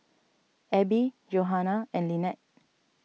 Abie Johannah and Lynnette